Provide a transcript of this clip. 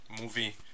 movie